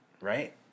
right